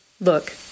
Look